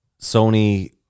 Sony